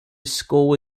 school